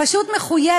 היא פשוט מחויבת,